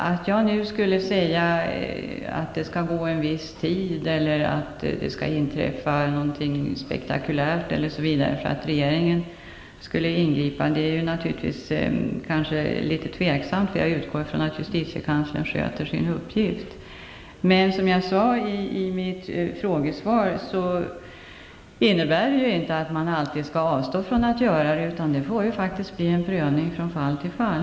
Att jag nu skulle säga att det skall gå en viss tid eller att något spektakulärt skall inträffa för att regeringen skall ingripa är naturligtvis litet tveksamt. Jag utgår från att justitiekanslern sköter sin uppgift. Men som jag sade i mitt frågesvar innebär det inte att man alltid skall avstå från att göra det, utan det får faktiskt bli en prövning från fall till fall.